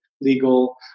legal